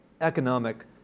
economic